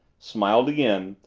smiled again,